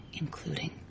including